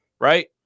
right